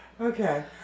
Okay